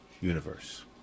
universe